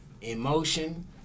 emotion